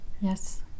Yes